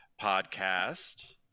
podcast